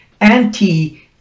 anti